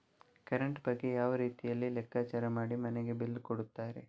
Current ಬಗ್ಗೆ ಯಾವ ರೀತಿಯಲ್ಲಿ ಲೆಕ್ಕಚಾರ ಮಾಡಿ ಮನೆಗೆ ಬಿಲ್ ಕೊಡುತ್ತಾರೆ?